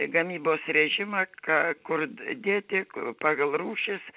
gamybos režimą ką kur dėti pagal rūšis